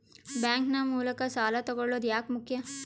Bank ನ ಮೂಲಕ ಸಾಲ ತಗೊಳ್ಳೋದು ಯಾಕ ಮುಖ್ಯ?